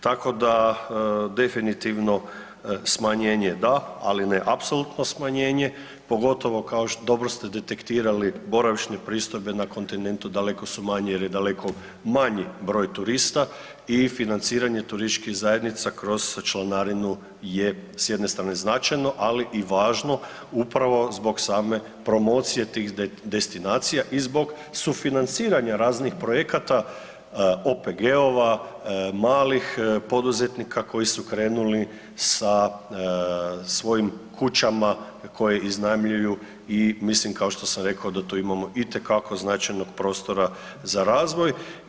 Tako da definitivno smanjenje da, ali ne apsolutno smanjenje, pogotovo kao što, dobro ste detektirali boravišne pristojbe na kontinentu daleko su manje jer je daleko manji broj turista i financiranje turističkih zajednica kroz članarinu je s jedne strane značajno, ali i važno upravo zbog same promocije tih destinacija i zbog sufinanciranja raznih projekata, OPG-ova, malih poduzetnika koji su krenuli sa svojim kućama koje iznajmljuju i mislim kao što sam rekao da tu imamo itekako značajnog prostora za razvoj.